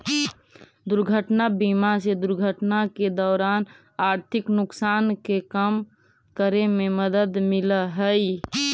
दुर्घटना बीमा से दुर्घटना के दौरान आर्थिक नुकसान के कम करे में मदद मिलऽ हई